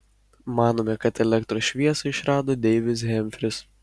manoma kad elektros šviesą išrado deivis hemfris